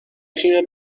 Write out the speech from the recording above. تیم